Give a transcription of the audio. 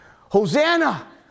Hosanna